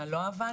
מה לא עבד,